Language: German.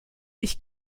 ich